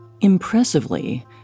Impressively